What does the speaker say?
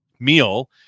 meal